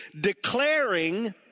Declaring